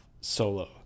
Solo